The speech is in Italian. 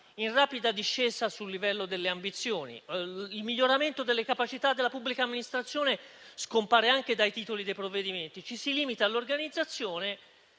in rapida discesa sul livello delle ambizioni: il miglioramento delle capacità della pubblica amministrazione scompare anche dai titoli dei provvedimenti; ci si limita all'organizzazione,